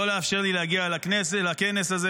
לא לאפשר לי להגיע לכנס הזה.